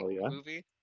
movie